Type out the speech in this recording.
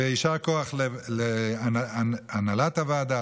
ויישר כוח להנהלת הוועדה,